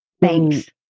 Thanks